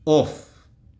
of